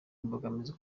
imbogamizi